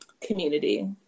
community